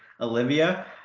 Olivia